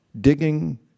digging